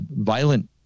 violent